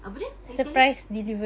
apa dia lagi sekali